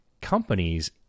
companies